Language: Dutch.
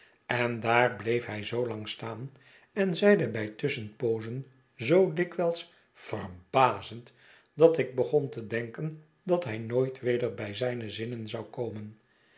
en daar bleef hij zoo lang staan en zeide bij tusschenpoozen zoo dikwijls verbazendl dat ik begon te denken dat hij nooit weder bij zijne zinnen zou komen